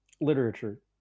literature